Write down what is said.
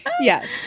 Yes